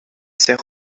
sert